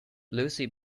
lucy